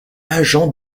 agent